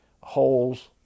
holes